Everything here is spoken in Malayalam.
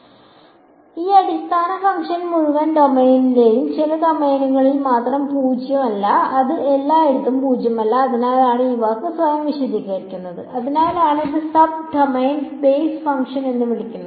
അതിനാൽ ഈ അടിസ്ഥാന ഫംഗ്ഷൻ മുഴുവൻ ഡൊമെയ്നിലെയും ചില ഡൊമെയ്നുകളിൽ മാത്രം പൂജ്യമല്ല അത് എല്ലായിടത്തും പൂജ്യമല്ല അതിനാലാണ് ഈ വാക്ക് സ്വയം വിശദീകരിക്കുന്നത് അതിനാലാണ് ഇതിനെ സബ് ഡൊമെയ്ൻ ബേസ് ഫംഗ്ഷൻ എന്ന് വിളിക്കുന്നത്